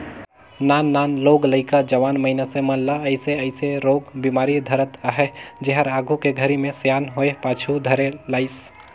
नान नान लोग लइका, जवान मइनसे मन ल अइसे अइसे रोग बेमारी धरत अहे जेहर आघू के घरी मे सियान होये पाछू धरे लाइस